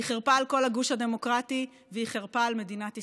היא חרפה על כל הגוש הדמוקרטי והיא חרפה על מדינת ישראל.